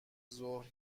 ظهر